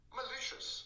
malicious